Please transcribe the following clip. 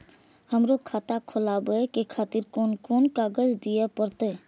हमरो खाता खोलाबे के खातिर कोन कोन कागज दीये परतें?